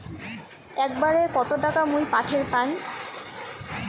একবারে কত টাকা মুই পাঠের পাম?